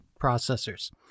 processors